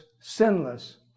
sinless